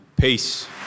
Peace